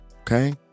Okay